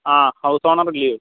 ആ house owner ഇല്ലേ